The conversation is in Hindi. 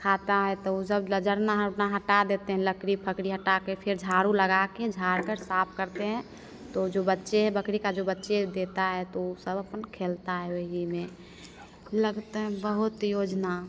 खाता है तो वह सब जरना उरना हटा देते हैं लकड़ी फकड़ी हटाकर फिर झाड़ू लगाकर झाड़कर साफ करते हैं तो जो बच्चे हैं बकरी जो बच्चे देती है तो वह सब अपना खेलता है वही में लगती है बहुत योजना